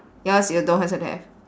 yours you don't has it have